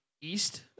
East